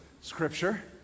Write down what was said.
Scripture